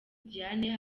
diane